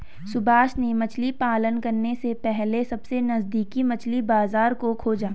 सुभाष ने मछली पालन करने से पहले सबसे नजदीकी मछली बाजार को खोजा